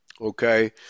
okay